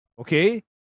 Okay